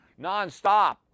nonstop